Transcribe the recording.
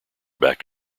back